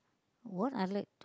what I like